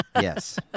Yes